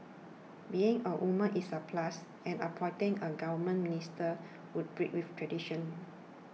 being a woman is a plus and appointing a government minister would break with tradition